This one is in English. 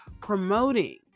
promoting